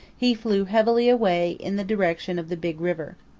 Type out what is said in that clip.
he flew heavily away in the direction of the big river.